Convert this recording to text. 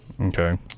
Okay